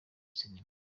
sinema